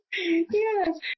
Yes